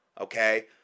okay